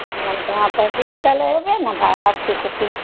हा तव्हां प्रदीप ॻाल्हायो पिया न भावार्थी कुकिंग